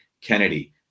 Kennedy